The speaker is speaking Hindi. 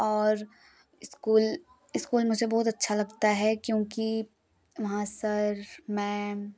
और स्कूल स्कूल मुझे बहुत अच्छा लगता है क्योंकि वहाँ सर मैम